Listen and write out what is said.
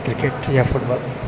cricket या football